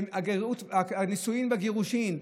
הנישואים והגירושים,